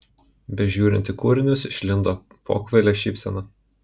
bežiūrint į kūrinius išlindo pokvailė šypsena